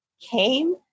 came